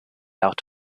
out